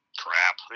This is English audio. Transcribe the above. crap